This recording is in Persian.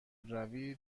روی